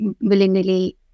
willingly